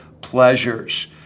pleasures